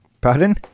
pardon